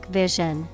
vision